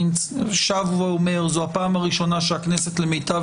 אני שב ואומר: זו הפעם הראשונה שהכנסת למיטב